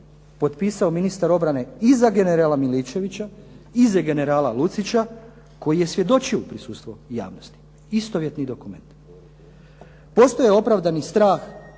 potpisao ministar obrane i za generala Miličevića i za generala Lucića koji je svjedočio u prisustvu javnosti, istovjetni dokument. Postoji opravdani strah